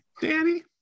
Danny